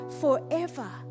forever